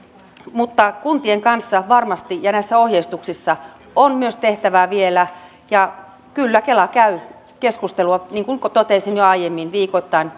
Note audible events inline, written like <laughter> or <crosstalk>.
mutta kuntien kanssa varmasti ja näissä ohjeistuksissa on myös tehtävää vielä kyllä kela käy keskustelua niin kuin totesin jo aiemmin viikoittain <unintelligible>